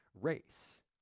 race